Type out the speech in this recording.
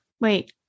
Wait